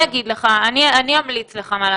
אני אגיד לך מה לעשות.